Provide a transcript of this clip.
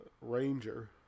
Ranger